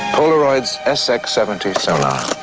polaroid's sx seventy sonar.